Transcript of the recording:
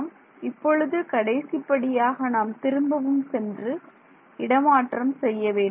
ஆகையால் இப்பொழுது கடைசி படியாக நாம் திரும்பவும் சென்று இடமாற்றம் செய்ய வேண்டும்